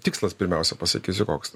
tikslas pirmiausia pasakysiu koks